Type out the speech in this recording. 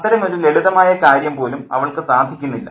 അത്തരമൊരു ലളിതമായ കാര്യം പോലും അവൾക്ക് സാധിക്കുന്നില്ല